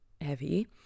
heavy